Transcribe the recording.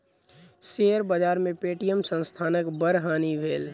share बाजार में Paytm संस्थानक बड़ हानि भेल